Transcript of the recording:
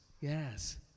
Yes